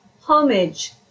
homage